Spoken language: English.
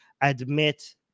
admit